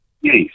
Yes